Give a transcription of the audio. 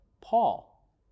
Paul